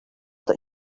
that